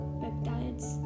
peptides